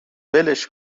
ولش